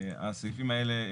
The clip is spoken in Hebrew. הסעיפים האלה,